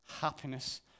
happiness